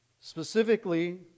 Specifically